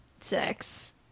sex